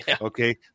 Okay